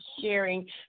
sharing